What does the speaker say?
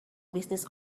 business